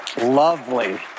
Lovely